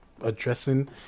addressing